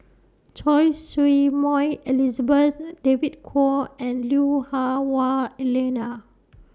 Choy Su Moi Elizabeth David Kwo and Lui Hah Wah Elena